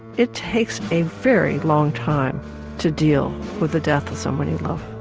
it takes a very long time to deal with the death of someone you love.